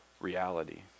reality